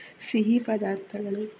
ಸಿಹಿ ಪದಾರ್ಥಗಳು